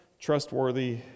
trustworthy